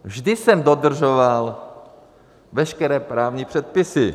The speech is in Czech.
Vždy jsem dodržoval veškeré právní předpisy.